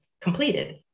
completed